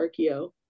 Archeo